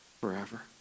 Forever